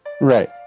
Right